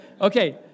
Okay